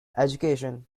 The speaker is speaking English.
education